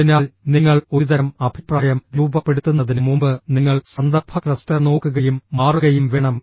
അതിനാൽ നിങ്ങൾ ഒരുതരം അഭിപ്രായം രൂപപ്പെടുത്തുന്നതിന് മുമ്പ് നിങ്ങൾ സന്ദർഭ ക്ലസ്റ്റർ നോക്കുകയും മാറുകയും വേണം